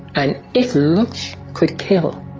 and if looks could kill,